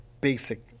basic